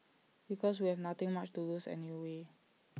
because we have nothing much to lose anyway